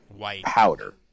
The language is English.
powder